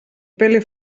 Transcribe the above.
pele